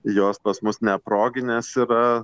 jos pas mus neproginės yra